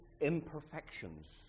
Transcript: imperfections